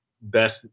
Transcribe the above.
best